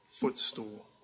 footstool